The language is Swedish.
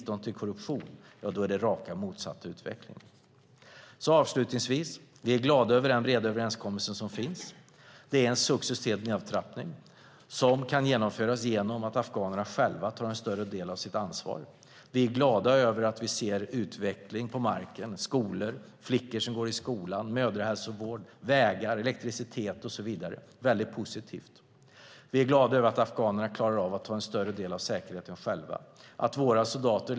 Avslutningsvis: Vi är glada över den breda överenskommelse som finns. Detta är en successiv nedtrappning som kan genomföras genom att afghanerna själva tar en större del av sitt ansvar. Det är positivt.